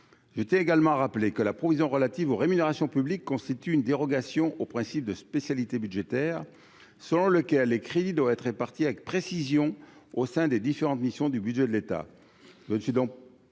j'étais également rappeler que la provision relative aux rémunérations publiques constitue une dérogation au principe de spécialité budgétaire selon lequel écrit doit être répartis avec précision au sein des différentes missions du budget de l'État,